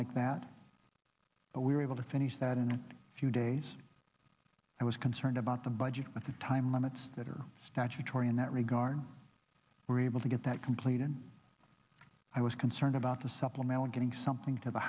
like that but we were able to finish that in a few days i was concerned about the budget with the time limits that are statutory in that regard we're able to get that complete and i was concerned about the supplemental getting something to the